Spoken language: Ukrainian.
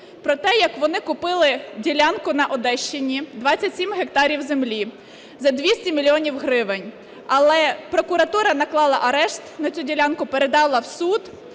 про те, як вони купити ділянку на Одещині, 27 гектарів землі за 200 мільйонів гривень. Але прокуратура наклала арешт на цю ділянку, передала в суд,